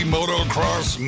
Motocross